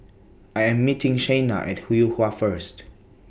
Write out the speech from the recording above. I Am meeting Shayna At Yuhua First